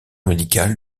médical